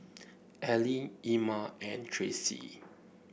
Ellie Ima and Tracey